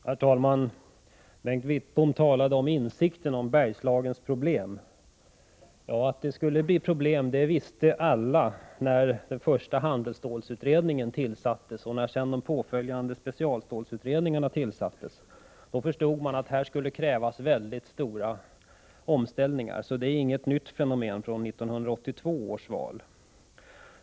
Herr talman! Bengt Wittbom talade om insikten om Bergslagens problem. Att det skulle bli problem visste alla när den första handelsstålsutredningen tillsattes och när de påföljande specialstålsutredningarna tillsattes. Då förstod man att det här skulle komma att krävas mycket stora omställningar. Det är alltså inget nytt fenomen efter 1982 års val.